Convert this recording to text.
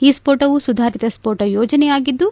ಈ ಸ್ಕೋಟವು ಸುಧಾರಿತ ಸ್ಕೋಟ ಯೋಜನೆಯಾಗಿದ್ದು